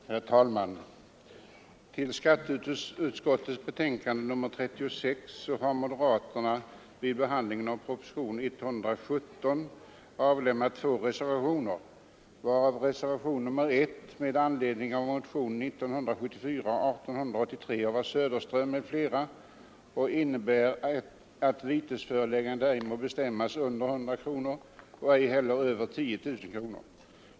Herr talman! Till skatteutskottets betänkande nr 36, avgivet i anledning av propositionen 117, har moderaterna avlämnat två reservationer. Reservationen 1, vari motionen 1883 av herr Söderström m.fl. åberopas, innebär att vitesföreläggande ej må bestämmas under 100 kronor och ej heller över 10 000 kronor.